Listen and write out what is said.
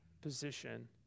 position